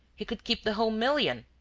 he could keep the whole million.